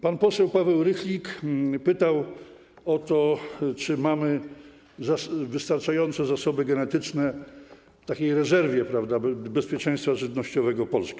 Pan poseł Paweł Rychlik pytał o to, czy mamy wystarczające zasoby genetyczne w takiej rezerwie, prawda, bezpieczeństwa żywnościowego Polski.